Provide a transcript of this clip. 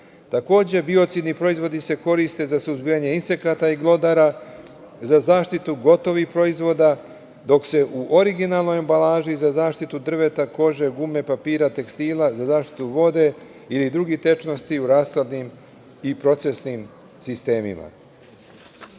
biocidni proizvodi se koriste za suzbijanje insekata i glodara, za zaštitu gotovih proizvoda dok se u originalnoj ambalaži za zaštitu drveta takođe gume, papira, tekstila, za zaštitu vode ili drugih tečnosti u rasadnim i procesnim sistemima.S